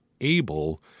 able